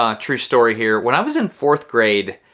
um true story here. when i was in fourth grade,